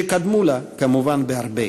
שקדמו לה, כמובן, בהרבה.